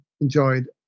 enjoyed